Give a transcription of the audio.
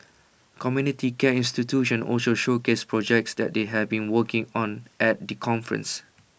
community care institutions also showcased projects that they have been working on at the conference